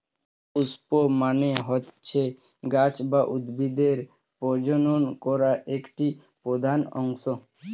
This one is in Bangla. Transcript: পুস্প মানে হচ্ছে গাছ বা উদ্ভিদের প্রজনন করা একটি প্রধান অংশ